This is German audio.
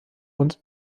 und